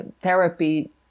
therapy